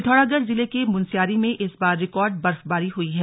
पिथौरागढ़ जिले के मुनस्यारी में इस बार रिकॉर्ड बर्फबारी हुई है